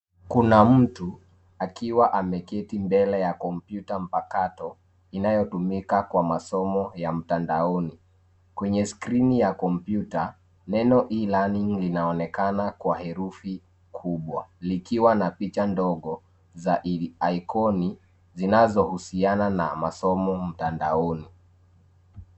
Kuna mtu akiwa ameketi mbele ya kompyuta mpakato inayotumika kwa masomo ya mtandaoni. Kwenye skrini ya kompyuta, neno E-LEARNING linaonekana kwa herufi kubwa likiwa na picha ndogo za ikoni zinazohusiana na masomo mtandaoni.